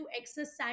exercise